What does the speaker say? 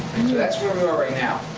that's where we are right now.